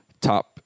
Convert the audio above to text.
top